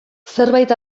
zerbait